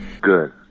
Good